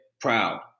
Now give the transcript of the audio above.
proud